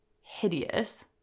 hideous